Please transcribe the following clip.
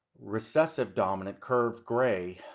recessive dominant, curved gray,